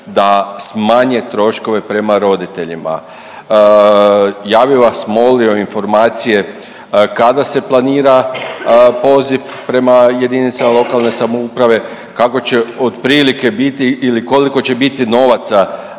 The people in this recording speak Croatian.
da smanje troškove prema roditeljima. Ja bi vas molio informacije kada se planira poziv prema JLS, kako će otprilike biti ili koliko će biti novaca